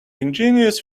ingenious